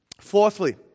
Fourthly